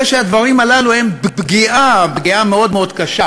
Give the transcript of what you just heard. הרי הדברים הללו הם פגיעה, פגיעה מאוד מאוד קשה